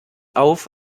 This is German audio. auf